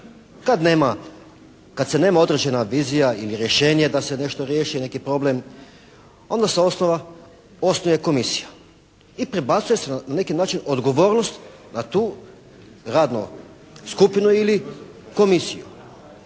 kad se nema određena vizija ili rješenje da se nešto riješi, neki problem onda se osnuje komisija i prebacuje se na neki način odgovornost na tu radnu skupinu ili komisiju.